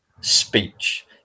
speech